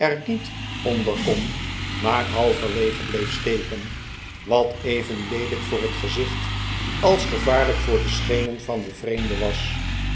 onder kon maar halverwege bleef steken wat even leelijk voor het gezicht als gevaarlijk voor de schenen van een vreemde was